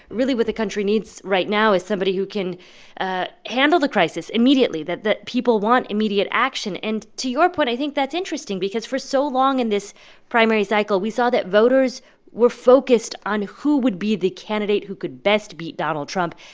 really, what the country needs right now is somebody who can ah handle the crisis immediately, that that people want immediate action. and to your point, i think that's interesting because for so long in this primary cycle, we saw that voters were focused on who would be the candidate who could best beat donald trump.